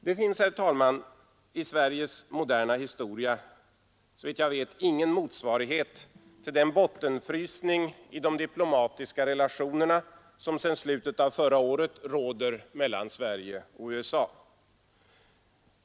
Det finns, herr talman, i Sveriges moderna historia såvitt jag vet ingen motsvarighet till den bottenfrysning i de diplomatiska relationerna som sedan slutet av förra året råder mellan Sverige och USA.